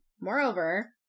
moreover